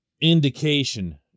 indication